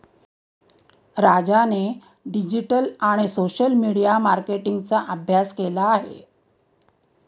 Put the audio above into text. राजाने डिजिटल आणि social media मार्केटिंगचा अभ्यास केला आहे